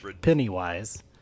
Pennywise